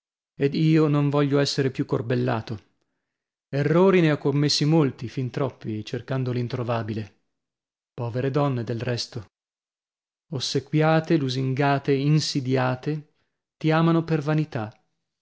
ed io non voglio esser più corbellato errori ne ho commessi molti fin troppi cercando l'introvabile povere donne del resto ossequiate lusingate insidiate ti amano per vanità